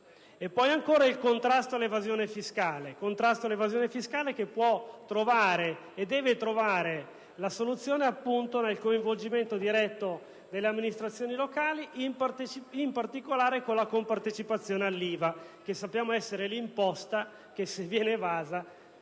poi, ancora, il contrasto all'evasione fiscale, che può e deve trovare la soluzione nel coinvolgimento diretto delle amministrazioni locali, in particolare con la compartecipazione all'IVA, che sappiamo essere l'imposta la cui evasione